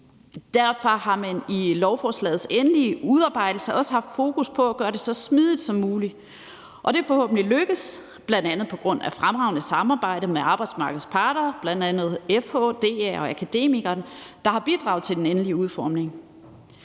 Derfor har man i lovforslagets endelige udarbejdelse også haft fokus på at gøre det så smidigt som muligt. Det er forhåbentlig lykkedes, bl.a. på grund af fremragende samarbejde med arbejdsmarkedets parter, bl.a. FH, DA og Akademikerne, der har bidraget til den endelige udformning.